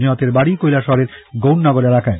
নিহতের বাডি কৈলাসহরের গৌরনগর এলাকায়